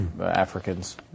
Africans